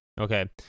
Okay